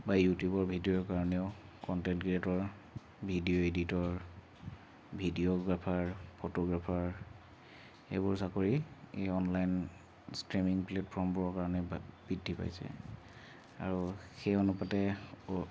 বা ইউটিউবৰ ভিডিঅ'ৰ কাৰণেও content creator video editor videographer photographer সেইবোৰ চাকৰি এই অনলাইন ষ্ট্ৰিমিং প্লেটফৰ্মবোৰৰ কাৰণে বৃদ্ধি পাইছে আৰু সেই অনুপাতে